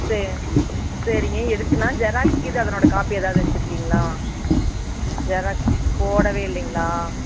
சே சரிங்க எடுத்துக்கலாம் ஜெராக்ஸ் கீது அதனோட காப்பி எதாவது வச்சிருக்கீங்களா ஜெராக்ஸ் போடவே இல்லைங்களா